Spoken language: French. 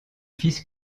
fils